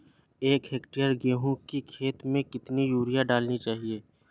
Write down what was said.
एक हेक्टेयर गेहूँ की खेत में कितनी यूरिया डालनी चाहिए?